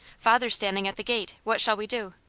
father's standing at the gate. what shall we do?